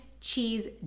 cheese